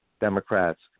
Democrats